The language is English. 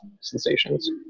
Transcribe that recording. sensations